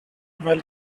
while